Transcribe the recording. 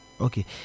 Okay